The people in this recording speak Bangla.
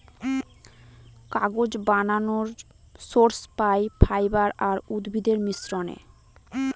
কাগজ বানানর সোর্স পাই ফাইবার আর উদ্ভিদের মিশ্রনে